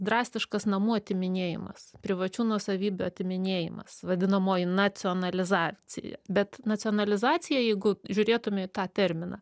drastiškas namų atiminėjimas privačių nuosavybių atiminėjimas vadinamoji nacionalizacija bet nacionalizacija jeigu žiūrėtume į tą terminą